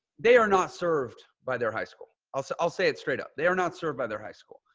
they are not served by their high school. i'll say i'll say it straight up. they are not served by their high school.